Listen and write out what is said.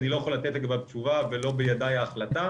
אני לא יכול לתת לגביו תשובה ולא בידיי ההחלטה,